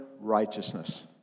righteousness